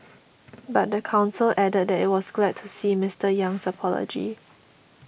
but the council added that it was glad to see Mister Yang's apology